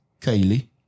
Kaylee